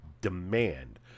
demand